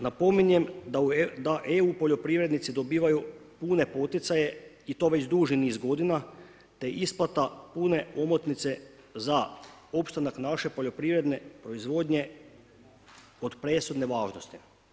Napominjem da EU poljoprivrednici dobivaju pune poticaje i to već duži niz godina te isplata pune omotnice za opstanak naše poljoprivredne proizvodnje od presudne važnosti.